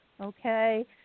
okay